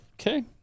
Okay